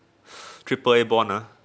triple A bond ah